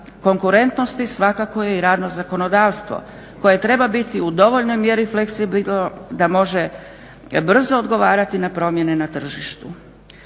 konkurentnosti svakako je i radno zakonodavstvo koje treba biti u dovoljnoj mjeri fleksibilno da može brzo odgovarati na promjene na tržištu.